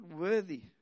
worthy